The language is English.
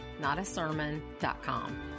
notasermon.com